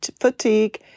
fatigue